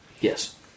Yes